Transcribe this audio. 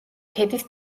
ქედის